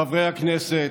חברי הכנסת,